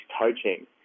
coaching